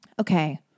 okay